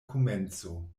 komenco